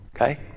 Okay